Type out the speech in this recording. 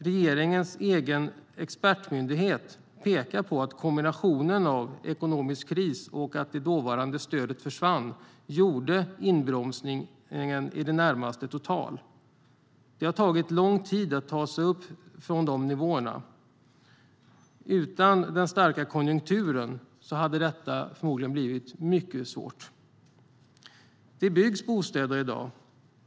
Regeringens egen expertmyndighet pekar på att kombinationen av ekonomisk kris och att det dåvarande stödet försvann ledde till att inbromsningen blev i det närmaste total. Det har tagit lång tid att ta sig upp från de nivåerna. Utan den starka konjunkturen hade det förmodligen blivit mycket svårt. Det byggs bostäder i dag.